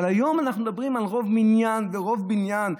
אבל היום אנחנו מדברים על רוב מניין ורוב בניין.